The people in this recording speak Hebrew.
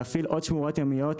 להפעיל עוד שמורות ימיות,